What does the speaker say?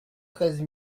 treize